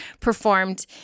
performed